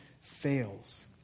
fails